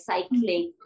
Cycling